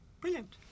Brilliant